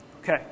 Okay